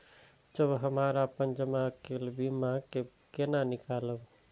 जब हमरा अपन जमा केल बीमा के केना निकालब?